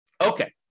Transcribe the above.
Okay